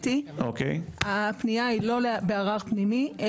הפנייה היא לא בערער פנימי,